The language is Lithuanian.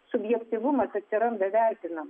subjektyvumas atsiranda vertinant